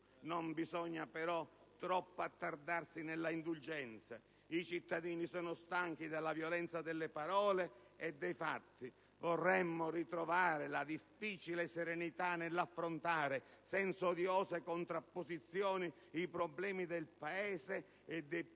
non bisogna però troppo attardarsi nell'indulgenza: i cittadini sono stanchi della violenza delle parole e dei fatti. Vorremmo ritrovare la difficile serenità nell'affrontare, senza odiose contrapposizioni, i problemi del Paese e dei